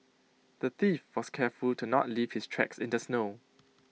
the thief was careful to not leave his tracks in the snow